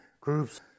groups